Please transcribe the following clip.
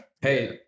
Hey